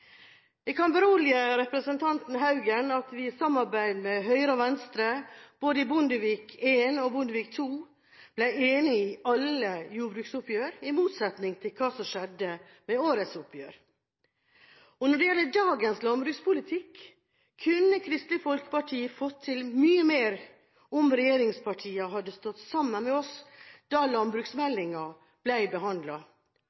Jeg kan berolige representanten Haugen med at vi i samarbeid med Høyre og Venstre både i Bondevik I og Bondevik II, ble enig i alle jordbruksoppgjør, i motsetning til hva som skjedde ved årets oppgjør. Når det gjelder dagens landbrukspolitikk, kunne Kristelig Folkeparti fått til mye mer om regjeringspartiene hadde stått sammen med oss da